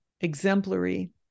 exemplary